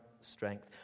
strength